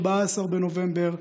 14 בנובמבר,